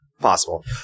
possible